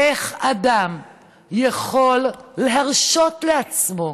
איך אדם יכול להרשות לעצמו?